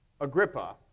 Agrippa